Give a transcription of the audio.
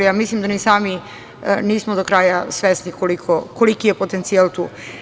Mislim da ni sami nismo do kraja svesni koliki je potencijal tu.